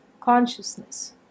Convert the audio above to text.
consciousness